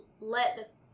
let